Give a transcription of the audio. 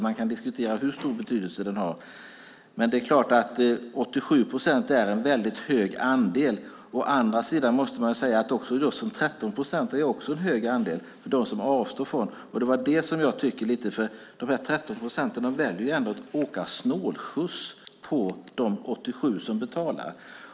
Man kan diskutera hur stor betydelse den har, men det är klart att 87 procent är en väldigt hög andel. Men man måste säga att också 13 procent är en hög andel, nämligen de som avstår från att betala. Det var det jag ville få fram. De 13 procenten väljer ju ändå att åka snålskjuts på de 87 procent som betalar.